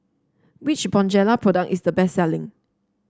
which Bonjela product is the best selling